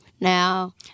Now